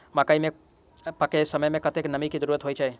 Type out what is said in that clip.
मकई केँ पकै समय मे कतेक नमी केँ जरूरत होइ छै?